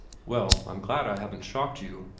well, i'm glad i haven't shocked you.